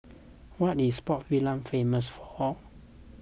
what is Port Vila famous for